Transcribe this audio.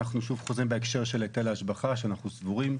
אנחנו סבורים,